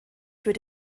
für